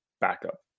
backup